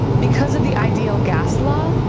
because of the ideal gas law,